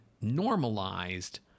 normalized